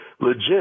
legit